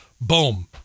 boom